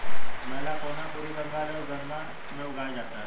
मैलाकोना पूर्वी बंगाल एवं बर्मा में उगाया जाता है